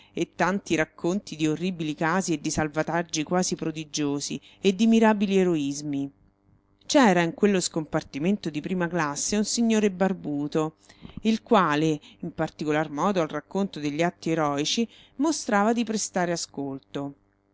e tanti racconti di orribili casi e di salvataggi quasi prodigiosi e di mirabili eroismi c'era in quello scompartimento di prima classe un signore barbuto il quale in particolar modo al racconto degli atti eroici mostrava di prestare ascolto